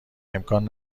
امکان